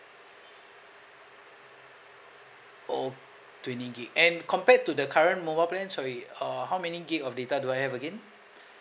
oh twenty gig and compared to the current mobile plan sorry uh how many gig of data do I have again